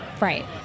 right